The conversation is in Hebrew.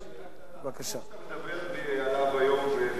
רק שאלה קטנה: החוק שאתה מדבר עליו היום בקריאה הראשונה,